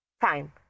time